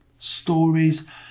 stories